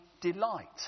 delight